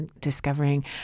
discovering